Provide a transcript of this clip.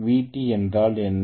Vt என்றால் என்ன